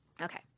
Okay